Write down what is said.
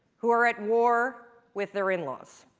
who are at war with their in-laws.